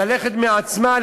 ללכת מעצמה,